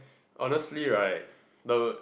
honestly right the